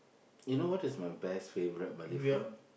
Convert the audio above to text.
you know what is my best favourite Malay food